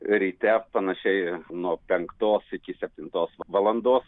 ryte panašiai nuo penktos iki septintos valandos